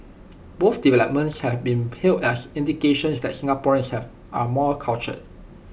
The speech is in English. both developments have been hailed as indications that Singaporeans have are more cultured